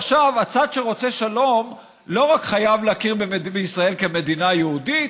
עכשיו הצד שרוצה שלום לא רק חייב להכיר בישראל כמדינה יהודית,